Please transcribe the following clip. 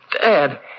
Dad